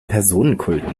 personenkult